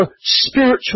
spiritual